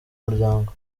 muryango